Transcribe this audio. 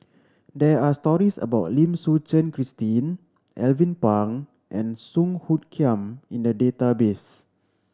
there are stories about Lim Suchen Christine Alvin Pang and Song Hoot Kiam in the database